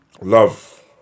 love